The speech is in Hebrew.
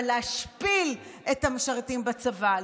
אבל להשפיל את המשרתים בצבא,